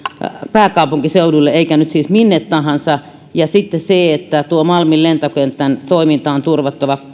pääkaupunkiseudulle eikä siis minne tahansa ja että malmin lentokentän toiminta on turvattava